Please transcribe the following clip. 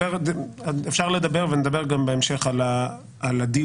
אפשר לדבר ונדבר גם בהמשך על הדיונים